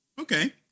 Okay